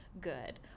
Good